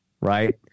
right